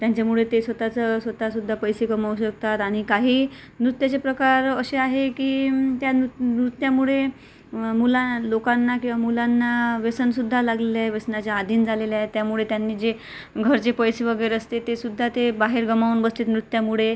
त्यांच्यामुळे ते स्वतःचं स्वतःसुद्धा पैसे कमवू शकतात आणि काही नृत्याचे प्रकार असे आहे की त्या नृ नृत्यामुळे मुला लोकांना किंवा मुलांना व्यसनसुद्धा लागलेलं आहे व्यसनाच्या अधीन झालेले आहेत त्यामुळे त्यांनी जे घरचे पैसे वगैरे असते ते सुद्धा ते बाहेर गमावून बसले आहेत नृत्यामुळे